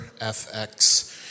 FX